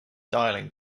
dialling